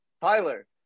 tyler